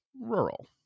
rural